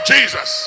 Jesus